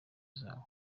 zabo